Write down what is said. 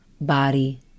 body